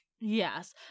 yes